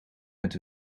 met